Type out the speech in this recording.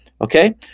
Okay